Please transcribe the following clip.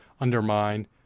undermine